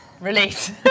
release